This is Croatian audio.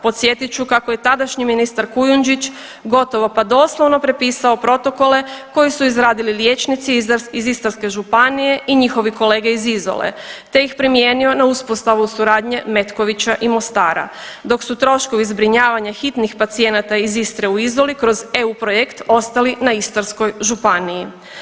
Podsjetit ću kakao je tadašnji ministar Kujundžić gotovo pa doslovno propisao protokole koji su izradili liječnici iz Istarske županije i njihovi kolege iz Izole te ih primijenio na uspostavu suradnje Metkovića i Mostara, dok su troškovi zbrinjavanje hitnih pacijenata iz Istre u Izoli kroz EU projekt ostali na Istarskoj županiji.